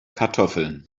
kartoffeln